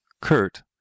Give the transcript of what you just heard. Kurt